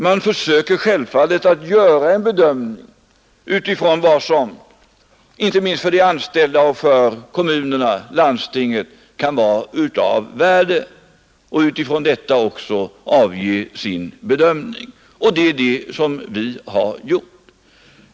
Man försöker då ta hänsyn till vad som för de anställda, för kommunerna och för landstinget kan vara av värde och göra sin bedömning med utgångspunkt i det. Det är det vi har gjort.